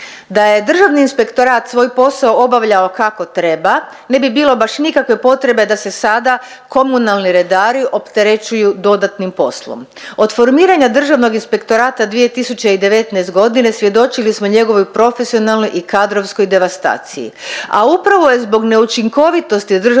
Da je Državni inspektorat svoj posao obavljao kako treba ne bi bilo baš nikakve potrebe da se sada komunalni redari opterećuju dodatnim poslom. Od formiranja Državnog inspektorata 2019.g. svjedočili smo njegovoj profesionalnoj i kadrovskoj devastaciji, a upravo je zbog neučinkovitosti Državnog